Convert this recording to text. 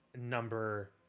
number